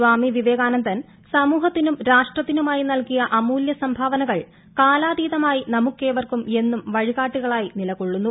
സ്വാമി വിവേകാനന്ദൻ സമൂഹത്തിനും ്രാഷ്ട്രത്തിനുമായി നൽകിയ അമൂല്യ സംഭാവനകൾ കാലാതിന്മായി നമുക്കേവർക്കും എന്നും വഴികാട്ടികളായി നിലകൊള്ളുന്നു